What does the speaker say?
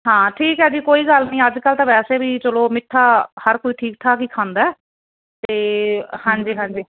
ਹਾਂ ਠੀਕ ਹੈ ਜੀ ਕੋਈ ਗੱਲ ਨੀ ਅੱਜਕੱਲ ਤਾਂ ਵੈਸੇ ਵੀ ਚਲੋ ਮਿੱਠਾ ਹਰ ਕੋਈ ਠੀਕ ਠਾਕ ਹੀ ਖਾਂਦਾ ਤੇ ਹਾਂਜੀ ਹਾਂਜੀ